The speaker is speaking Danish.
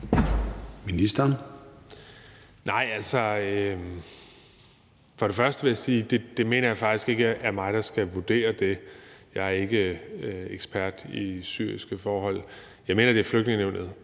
Dybvad Bek): Først og fremmest vil jeg sige, at det mener jeg faktisk ikke at det er mig der skal vurdere. Jeg er ikke ekspert i syriske forhold. Jeg mener, at det er Flygtningenævnet,